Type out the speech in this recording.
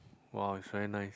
wow it's very nice